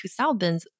2000s